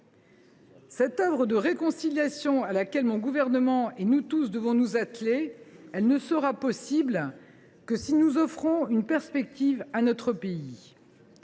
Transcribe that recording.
Cette œuvre de réconciliation à laquelle mon gouvernement doit s’atteler, comme nous tous, ne sera possible que si nous offrons une perspective à notre pays.